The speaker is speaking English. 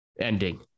ending